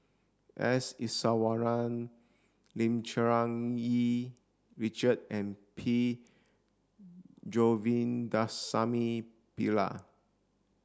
S Iswaran Lim Cherng Yih Richard and P Govindasamy Pillai